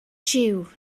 jiw